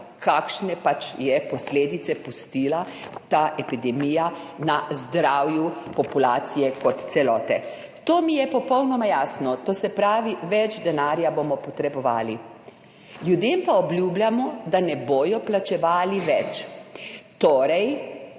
kakšne posledice je pač pustila ta epidemija na zdravju populacije kot celote. To mi je popolnoma jasno. To se pravi, več denarja bomo potrebovali. Ljudem pa obljubljamo, da ne bodo plačevali več. To